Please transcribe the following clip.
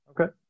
Okay